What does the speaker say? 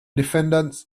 defendant